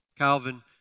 Calvin